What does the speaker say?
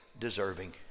deserving